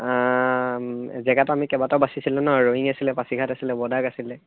জেগাটো আমি কেইবাটাও বাচিছিলোঁ ন ৰ'য়িং আছিল পাছিঘাট আছিল ব'ডাক আছিলে